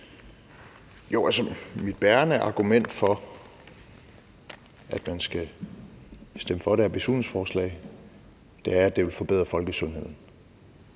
(LA): Mit bærende argument for, at man skal stemme for det her beslutningsforslag, er, at det vil forbedre folkesundheden.